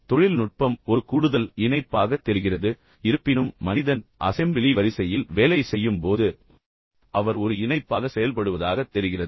தொழில்நுட்பம் ஒரு கூடுதல் இணைப்பாகத் தெரிகிறது இருப்பினும் மனிதன் அசெம்பிளி வரிசையில் வேலை செய்யும் போது அவர் ஒரு இணைப்பாக செயல்படுவதாகத் தெரிகிறது